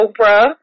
Oprah